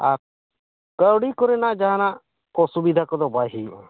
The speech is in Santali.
ᱟᱨ ᱠᱟᱹᱣᱰᱤ ᱠᱚᱨᱮᱱᱟᱜ ᱡᱟᱦᱟᱱᱟᱜ ᱚᱥᱩᱵᱤᱫᱷᱟ ᱠᱚᱫᱚ ᱵᱟᱭ ᱦᱩᱭᱩᱜᱼᱟ